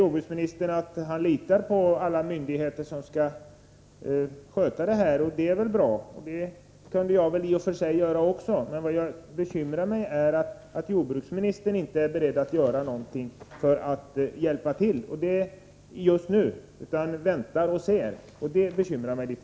Jordbruksministern säger vidare att han litar på de myndigheter som skall sköta dessa frågor. Det kan i och för sig även jag göra. Men vad som bekymrar mig är att jordbruksministern inte är beredd att göra någonting för att hjälpa till just nu utan vill vänta och se.